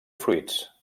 fruits